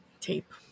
tape